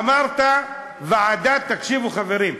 אמרת: ועדה, תקשיבו, חברים.